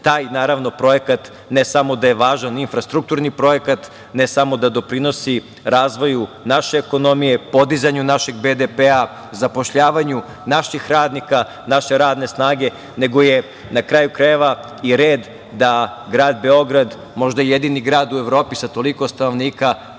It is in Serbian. godine. Taj projekat, ne samo da je važan infrastrukturni projekat, ne samo da doprinosi razvoju naše ekonomije, podizanju našeg BDP, zapošljavanju naših radnika, naše radne snage, nego je, na kraju krajeva, red da grad Beograd, možda jedini grad u Evropi sa toliko stanovnika,